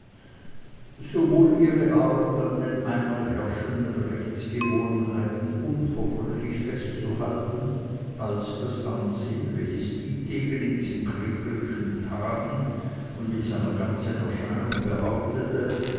sowohl ihre art an den einmal herrschenden rechtsgewohnheiten unverbrüchlich festzuhalten als das ansehen welches dietegen in diesen kriegerischen tagen und mit seiner ganzen erscheinung behauptete